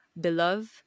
Beloved